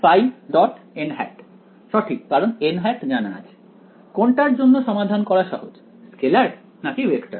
∇ϕ সঠিক কারণ জানা আছে কোনটার জন্য সমাধান করা সহজ স্কেলার নাকি ভেক্টর